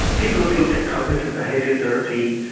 people have looked at cognitive behaviour therapy,